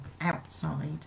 outside